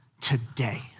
today